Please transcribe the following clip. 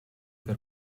per